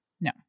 No